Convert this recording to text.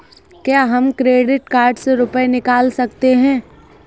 क्या हम credit card से रुपये निकाल सकते हैं?